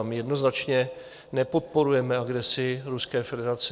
My jednoznačně nepodporujeme agresi Ruské federace.